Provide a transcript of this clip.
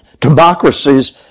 Democracies